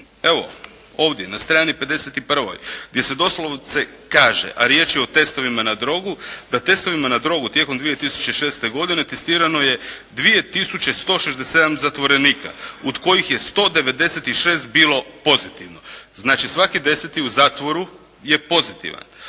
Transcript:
Evo ovdje na stranici 51 gdje se doslovce kaže, a riječ je o testovima na drogu, da testovima na drogu tijekom 2006. godine testirano je 2 tisuće 167 zatvorenika od kojih je 196 bilo pozitivno. Znači svaki deseti u zatvoru je pozitivan.